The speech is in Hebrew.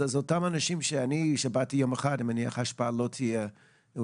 אני מניח שאם באתי יום אחד ההשפעה לא תהיה משמעותית,